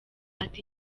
ati